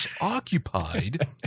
occupied